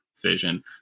vision